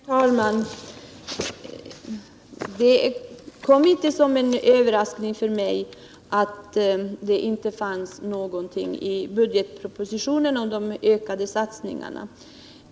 Herr talman! Det kom inte som en överraskning för mig att det inte fanns någonting i budgetpropositionen om de ökade satsningarna.